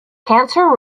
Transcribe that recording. cancer